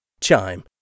Chime